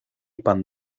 pan